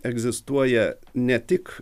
egzistuoja ne tik